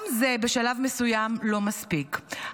גם זה בשלב מסוים לא מספיק,